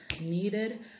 needed